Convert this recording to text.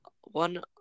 One